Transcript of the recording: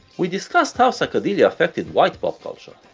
we discussed how psychedelia affected white pop culture.